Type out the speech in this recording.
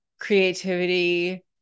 creativity